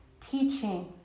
teaching